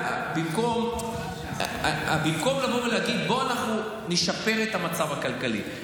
במקום לבוא ולהגיד: בוא נשפר את המצב הכלכלי,